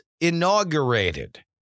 inaugurated